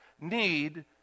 need